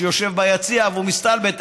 שיושב ביציע והוא מסתלבט.